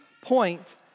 point